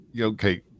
okay